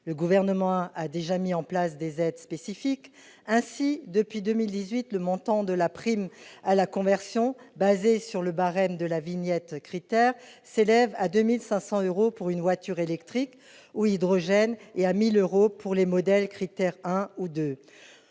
Le Gouvernement a déjà mis en place des aides spécifiques. Ainsi, depuis cette année, le montant de la prime à la conversion, basée sur le barème de la vignette Crit'Air, s'élève à 2 500 euros pour une voiture électrique ou à hydrogène, et à 1 000 euros pour les modèles Crit'Air 1 ou 2,